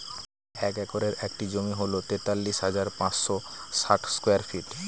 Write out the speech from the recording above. এক একরের একটি জমি হল তেতাল্লিশ হাজার পাঁচশ ষাট স্কয়ার ফিট